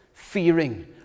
fearing